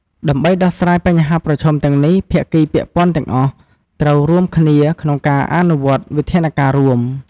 ដើម្បីដោះស្រាយបញ្ហាប្រឈមទាំងនេះ ភាគីពាក់ព័ន្ធទាំងអស់ ត្រូវរួមគ្នាក្នុងការអនុវត្តវិធានការណ៍រួម។